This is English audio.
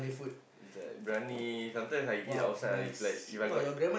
is like briyani sometimes I eat outside ah if like If I got